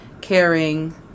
caring